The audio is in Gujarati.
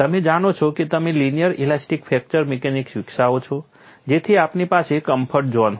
તમે જાણો છો કે તમે લિનિયર ઇલાસ્ટિક ફ્રેક્ચર મિકેનિક્સ વિકસાવો છો જેથી આપણી પાસે કમ્ફર્ટ ઝોન હોય